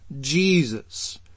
Jesus